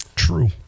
True